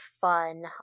fun